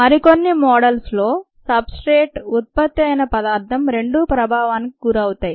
మరికొన్ని మోడల్స్లో substrate ఉత్పత్తి అయిన పదార్థం రెండూ ప్రభావానికి గురవుతాయి